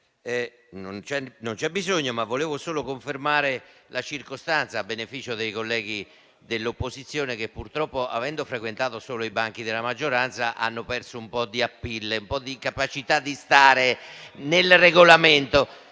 c'è bisogno, ma vorrei solo confermare la circostanza, a beneficio dei colleghi dell'opposizione che, purtroppo, avendo frequentato solo i banchi della maggioranza, hanno perso un po' di *appeal* e di capacità di stare al Regolamento.